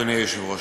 אדוני היושב-ראש,